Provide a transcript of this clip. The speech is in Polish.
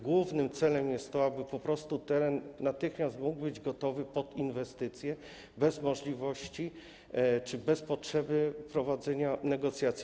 Głównym celem jest więc to, aby po prostu teren natychmiast mógł być gotowy pod inwestycje, bez możliwości czy bez potrzeby prowadzenia negocjacji.